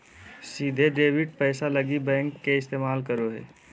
सीधे डेबिट पैसा लगी बैंक के इस्तमाल करो हइ